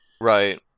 Right